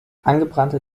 angebrannte